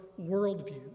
worldview